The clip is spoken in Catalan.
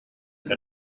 que